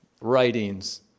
writings